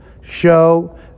show